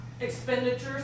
Expenditures